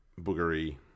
boogery